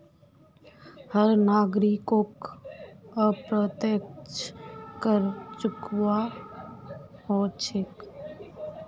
हर नागरिकोक अप्रत्यक्ष कर चुकव्वा हो छेक